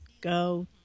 Go